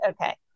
okay